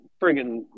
friggin